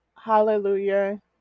Hallelujah